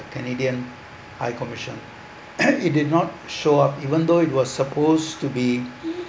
canadian high commission it did not show up even though it was supposed to be